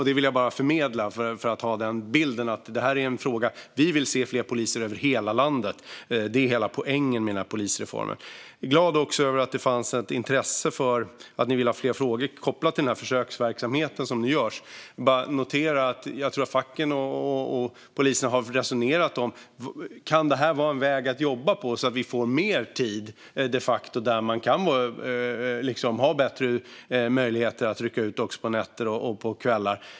Det vill jag förmedla, så att vi har den bilden. Vi vill se fler poliser över hela landet. Det är hela poängen med polisreformen. Jag är glad över att ni vill ha fler frågor kopplade till den här försöksverksamheten. Jag bara noterar att jag tror att facken och polisen har resonerat om att detta kan vara ett sätt att jobba så att man de facto får bättre möjligheter att rycka ut också på nätter och på kvällar.